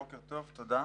בוקר טוב, תודה.